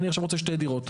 אני עכשיו רוצה שתי דירות.